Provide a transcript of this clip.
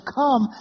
come